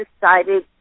decided